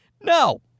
no